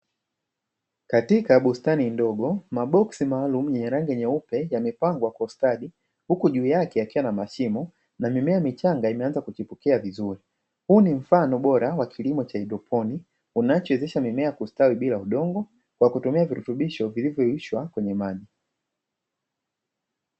Katika bustani ndogo maboksi magumu yenye rangi nyeupe yamepangwa kwa ustadi, huku juu yake yakiwa na mashimo na mimea michanga imeanza kustawi vizuri. Huu ni mfano bora wa kilimo cha haidroponi unachowezesha mimea kustawi bila udongo kwa kutumia virutubisho vilivyoyeyushwa kwenye maji.